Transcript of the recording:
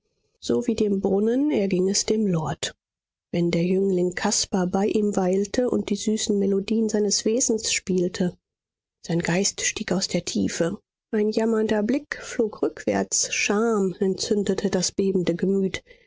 so wie dem brunnen erging es dem lord wenn der jüngling caspar bei ihm weilte und die süßen melodien seines wesens spielte sein geist stieg aus der tiefe ein jammernder blick flog rückwärts scham entzündete das bebende gemüt